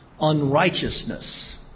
Unrighteousness